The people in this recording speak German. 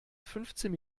fünfzehn